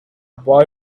boy